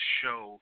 show